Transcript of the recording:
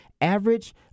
average